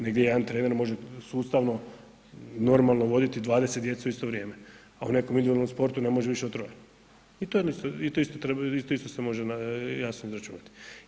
Negdje jedan trener može sustavno, normalno voditi 20 djece u isto vrijeme, a u nekom individualnom sportu ne može više od 3. I to isto treba, isto se može jasno izračunati.